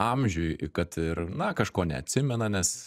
amžiui kad ir na kažko neatsimena nes